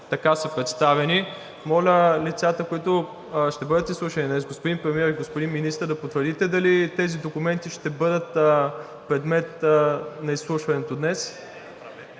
така са представени, моля, лицата, които ще бъдат изслушани днес, господин Премиер и господин Министър, да потвърдите дали тези документи ще бъдат предмет на изслушването днес?